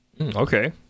Okay